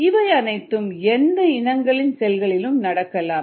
இவை அனைத்தும் எந்த இனங்களின் செல்களிலும் நடக்கலாம்